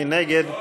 מי נגד?